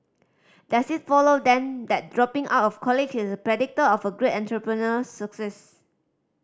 does it follow then that dropping out of college is a predictor of great entrepreneurial success